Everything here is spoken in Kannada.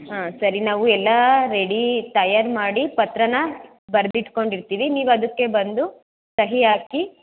ಹಾಂ ಸರಿ ನಾವು ಎಲ್ಲ ರೆಡಿ ತಯಾರು ಮಾಡಿ ಬರ್ದಿಟ್ಕೊಂಡಿರ್ತೀವಿ ನೀವು ಅದಕ್ಕೆ ಬಂದು ಸಹಿ ಹಾಕಿ